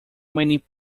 many